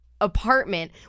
apartment